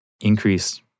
increase